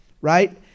right